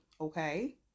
Okay